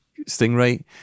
Stingray